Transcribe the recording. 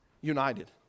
united